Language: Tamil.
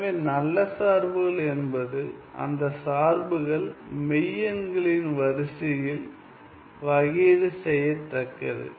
எனவே நல்ல சார்புகள் என்பது அந்த சார்புகள் மெய்யெண்களின் வரிசையில் வகையீடு செய்யத்தக்கது